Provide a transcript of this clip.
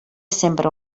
sempre